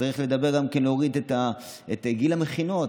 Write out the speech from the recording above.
צריך לדבר גם על להוריד את גיל המכינות.